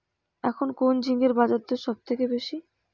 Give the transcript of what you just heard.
এখন কোন ঝিঙ্গের বাজারদর সবথেকে বেশি?